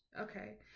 Okay